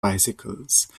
bicycles